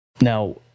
Now